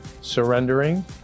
surrendering